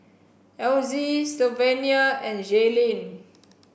Elzy Sylvania and Jayleen